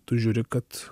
tu žiūri kad